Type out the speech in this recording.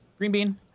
Greenbean